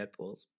deadpools